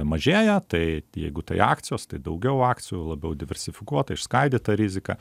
mažėja tai jeigu tai akcijos tai daugiau akcijų labiau diversifikuota išskaidyta rizika